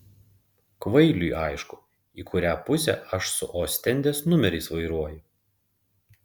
kvailiui aišku į kurią pusę aš su ostendės numeriais vairuoju